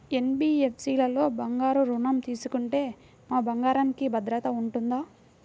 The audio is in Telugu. ఎన్.బీ.ఎఫ్.సి లలో బంగారు ఋణం తీసుకుంటే మా బంగారంకి భద్రత ఉంటుందా?